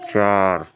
چار